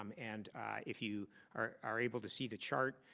um and if you are are able to see the chart,